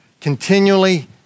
continually